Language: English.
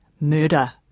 Murder